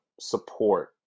support